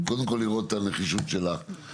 קודם כל לראות את הנחישות שלהן.